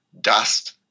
dust